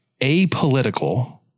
apolitical